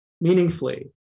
meaningfully